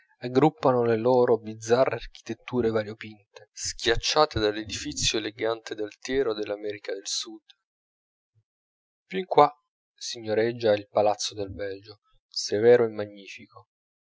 aggruppano le loro bizzarre architetture variopinte schiacciate dall'edifizio elegante ed altiero dell'america del sud più in qua signoreggia il palazzo del belgio severo e magnifico